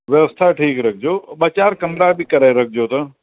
व्यवस्था ठीकु रखिजो ॿ चार कमिरा बि कराए रखिजो त